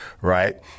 right